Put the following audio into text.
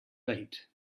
late